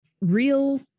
real